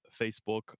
Facebook